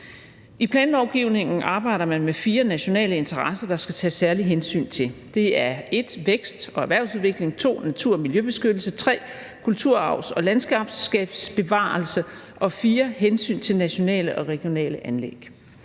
I planlovgivningen arbejder man med fire nationale interesser, der skal tages særligt hensyn til. Det er 1) vækst og erhvervsudvikling, 2) natur- og miljøbeskyttelse, 3) kulturarvs- og landskabsbevarelse og 4) hensyn til nationale og regionale anlæg.